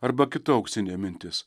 arba kita auksinė mintis